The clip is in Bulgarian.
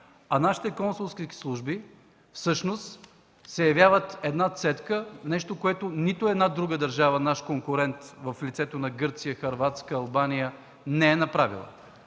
а нашите консулски служби всъщност се явяват цедка – нещо, което нито една друга държава наш конкурент, в лицето на Гърция, Хърватия и Албания, не е направила.